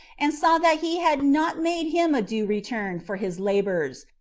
and saw that he had not made him a due return for his labors,